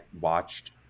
watched